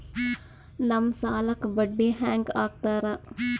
ನಮ್ ಸಾಲಕ್ ಬಡ್ಡಿ ಹ್ಯಾಂಗ ಹಾಕ್ತಾರ?